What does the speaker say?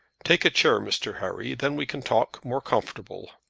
take a chair, mr. harry then we can talk more comfortable.